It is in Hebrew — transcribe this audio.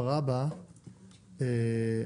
רבא המילה